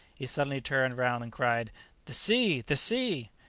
he suddenly turned round and cried the sea! the sea!